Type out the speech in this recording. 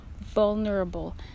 vulnerable